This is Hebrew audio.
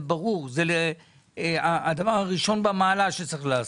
זה הדבר הראשון במעלה שצריך לעשות,